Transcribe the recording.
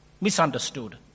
misunderstood